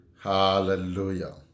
Hallelujah